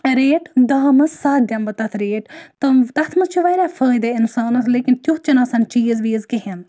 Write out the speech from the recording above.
rate دَہو مَنٛز سَتھ دِمہٕ بہٕ تَتھ ریٹ تَہٕ تَتھ مَنٛز چھِ واریاہ فٲیدٕ اِنسانَس لیکِن تِیُتھ چھُنہٕ آسان چیز ویز کِہیٖنۍ